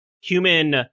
human